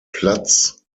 platz